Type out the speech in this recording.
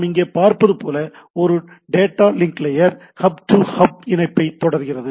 நாம் இங்கே பார்ப்பது போல இந்த data link layer hub to hub இணைப்பை தொடர்கிறது